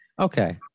Okay